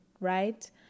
right